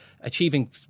achieving